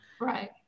Right